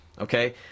okay